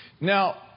Now